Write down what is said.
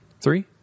Three